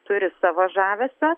turi savo žavesio